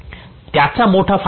त्याचा मोठा फायदा आहे